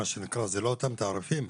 אלה לא אותם תעריפים.